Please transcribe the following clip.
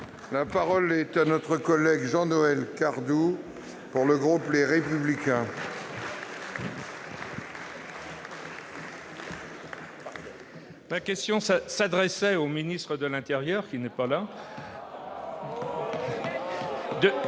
La parole est à M. Jean-Noël Cardoux, pour le groupe Les Républicains. Ma question s'adressait à M. le ministre de l'intérieur, qui n'est pas là. Où